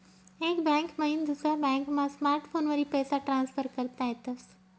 एक बैंक मईन दुसरा बॅकमा स्मार्टफोनवरी पैसा ट्रान्सफर करता येतस